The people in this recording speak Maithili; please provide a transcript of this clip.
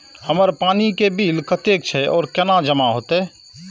हमर पानी के बिल कतेक छे और केना जमा होते?